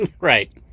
Right